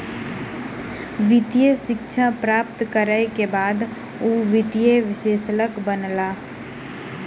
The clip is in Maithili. वित्तीय शिक्षा प्राप्त करै के बाद ओ वित्तीय विश्लेषक बनला